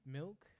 milk